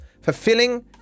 fulfilling